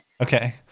okay